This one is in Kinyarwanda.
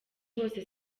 bose